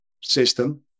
system